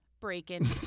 Breaking